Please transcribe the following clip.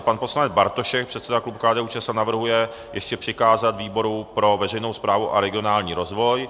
Pan poslanec Bartošek, předseda klubu KDUČSL navrhuje ještě přikázat výboru pro veřejnou správu a regionální rozvoj.